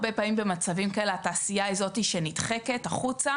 הרבה פעמים במצבים כאלה התעשייה היא זאת שנדחקת החוצה.